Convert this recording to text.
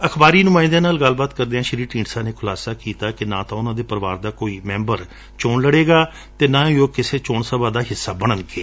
ਅਖਬਾਰੀ ਨੁਮਾਂਇੰਦਿਆਂ ਨਾਲ ਗੱਲਬਾਤ ਕਰਦਿਆਂ ਸ੍ਰੀ ਢੀਂਡਸਾ ਨੇ ਖੁਲਾਸਾ ਕੀਤਾ ਕਿ ਨਾ ਤਾਂ ਉਨ੍ਹਾਂ ਦਾ ਪਰਿਵਾਰ ਲੋਕ ਸਭਾ ਦੀ ਕੋਈ ਚੋਣ ਲੜੇਗਾ ਅਤੇ ਨਾਂ ਹੀ ਉਹ ਕਿਸੇ ਚੋਣ ਸਭਾ ਦਾ ਹਿੱਸਾ ਬਣਨਗੇ